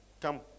come